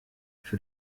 für